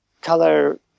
color